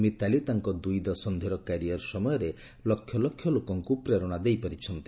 ମିତାଲି ତାଙ୍କ ଦୁଇ ଦଶନ୍ଧିର କ୍ୟାରିୟର୍ ସମୟରେ ଲକ୍ଷ ଲକ୍ଷ ଲୋକଙ୍କୁ ପ୍ରେରଣା ଦେଇପାରିଛନ୍ତି